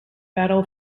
battle